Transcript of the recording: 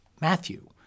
Matthew